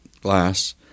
glass